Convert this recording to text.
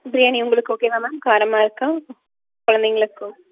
பிரியாணி உங்களுக்கு ஓகேவா மேம் காரமாக இருக்கா குழந்தைங்களுக்கு